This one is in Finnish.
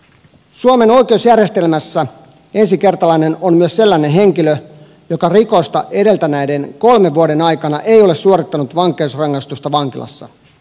suomen oikeusjärjestelmässä ensikertalainen on myös sellainen henkilö joka rikosta edeltäneiden kolmen vuoden aikana ei ole suorittanut vankeusrangaistusta vankilassa